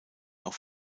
auch